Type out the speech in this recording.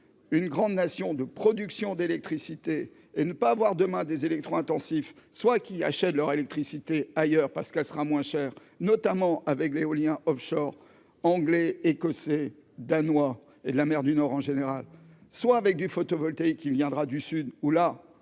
une grande nation de production d'électricité et ne pas avoir demain des électro-intensifs, soit qui achètent leur électricité ailleurs parce qu'elle sera moins cher, notamment avec l'éolien Offshore anglais, écossais, danois et de la mer du Nord en général soit avec du photovoltaïque, qui viendra du sud où là,